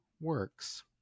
works